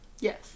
Yes